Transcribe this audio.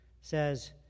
says